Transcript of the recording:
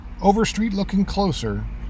overstreetlookingcloser